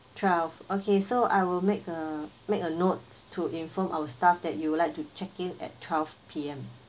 twelve okay so I will make a make a notes to inform our staff that you would like to check-in at twelve P_M